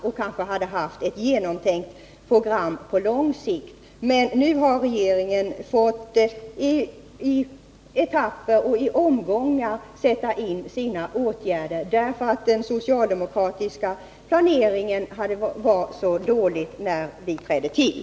Vi hade då kanske haft ett genomtänkt program på lång sikt. Men nu har regeringen i etapper och omgångar måst sätta in sina åtgärder, därför att den socialdemokratiska planeringen var så dålig när vi trädde till.